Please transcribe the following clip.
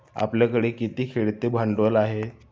आपल्याकडे किती खेळते भांडवल आहे?